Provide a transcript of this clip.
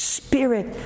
spirit